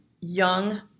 young